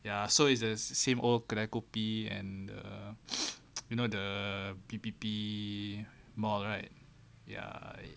ya so it's the same old kedai kopi and err you know the P_P_P mall right ya